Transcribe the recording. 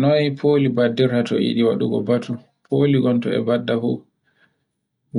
Noy foli baddirta to e yiɗi waɗugo batu. Foli ngon e badda fu